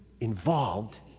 involved